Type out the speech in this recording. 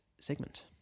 segment